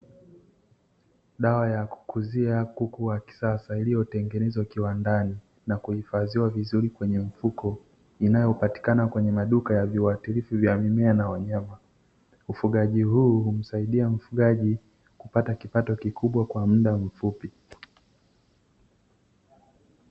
Dawa ya kukuzia kuku wa kisasa iliyotengenezwa kiwandani na kuhifadhiwa vizuri kwenye mfuko, inayopatikana kwenye maduka ya viuatilifu vya mimea na wanyama. Ufugaji huu humsaidia mfugaji kupata kipato kikubwa kwa muda mfupi.